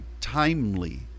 timely